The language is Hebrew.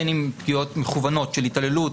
בין שפגיעות מכוונות של התעללות,